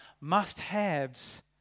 must-haves